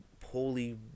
poorly